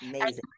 Amazing